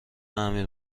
امیر